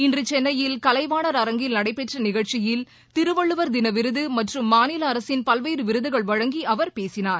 இன்று சென்னையில் கலைவாணா் அரங்கில் நடைபெற்ற நிகழ்ச்சியில் திருவள்ளுவா் தின விருது மற்றும் மாநில அரசின் பல்வேறு விருதுகள் வழங்கி அவர் பேசினார்